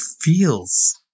feels